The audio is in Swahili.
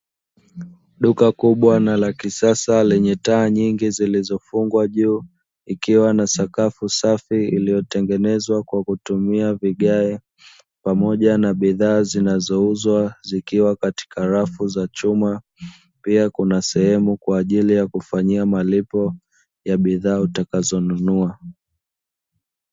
Duka kubwa na la kisasa lenye taa nyingi zilizofungwa juu, ikiwa na sakafu safi iliyotengenezwa kwa kutumia vigae, pamoja na bidhaa zinazouzwa zikiwa katika rafu za chuma; pia kuna sehemu kwa ajili ya kufanyia malipo ya bidhaa utakazonunua.